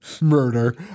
Murder